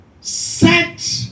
Set